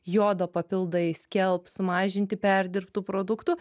jodo papildais kelp sumažinti perdirbtų produktų